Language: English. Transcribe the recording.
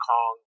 Kong